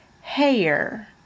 hair